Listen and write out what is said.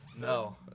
No